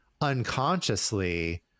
unconsciously